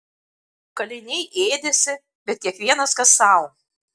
kaliniai ėdėsi bet kiekvienas kas sau